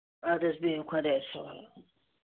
اَدٕ حظ بِہِو خدایَس حَوالہٕ